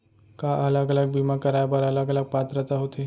का अलग अलग बीमा कराय बर अलग अलग पात्रता होथे?